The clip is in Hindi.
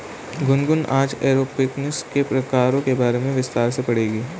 गुनगुन आज एरोपोनिक्स के प्रकारों के बारे में विस्तार से पढ़ेगी